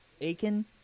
Aiken